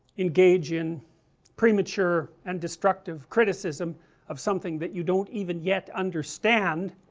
engage in premature and destructive critisism of something that you don't even yet understand